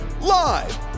Live